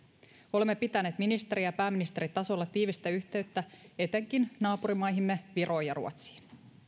olemme pitäneet ministeri ja pääministeritasolla tiivistä yhteyttä etenkin naapurimaihimme viroon ja ruotsiin